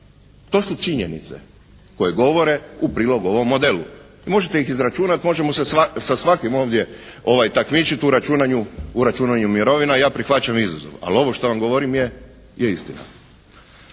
To su činjenice koje govore u prilog ovom modelu. Možete ih izračunati, možemo se sa svakim ovdje takmičiti u računanju mirovina. Ja prihvaćam izazov, ali ovo što vam govorim je istina.